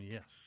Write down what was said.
Yes